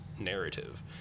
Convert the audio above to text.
narrative